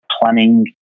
planning